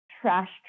trash